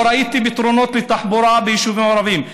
לא ראיתי פתרונות לתחבורה ביישובים ערביים.